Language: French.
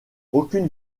aucune